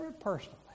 personally